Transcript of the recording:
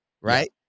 right